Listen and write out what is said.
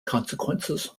consequences